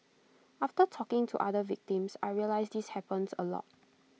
after talking to other victims I realised this happens A lot